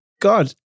God